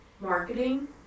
marketing